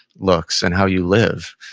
looks and how you live.